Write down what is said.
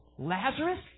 Lazarus